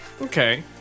Okay